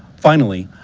finally,